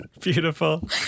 Beautiful